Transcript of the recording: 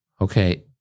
okay